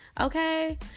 okay